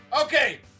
Okay